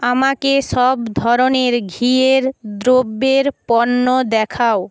আমাকে সব ধরনের ঘিয়ের দ্রব্যের পণ্য দেখাও